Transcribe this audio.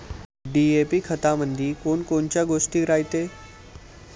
DAP खतामंदी कोनकोनच्या गोष्टी रायते?